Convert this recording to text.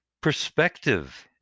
perspective